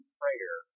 prayer